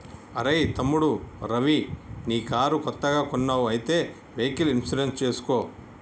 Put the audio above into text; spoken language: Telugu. అరెయ్ తమ్ముడు రవి నీ కారు కొత్తగా కొన్నావ్ అయితే వెహికల్ ఇన్సూరెన్స్ చేసుకో